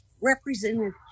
represented